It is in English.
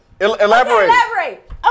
Elaborate